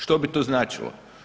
Što bi to značilo?